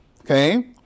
okay